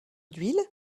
d’huile